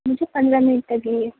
مجھے پندرہ منٹ لگیں گے